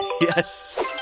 yes